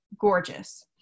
gorgeous